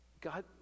God